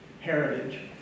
heritage